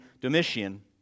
Domitian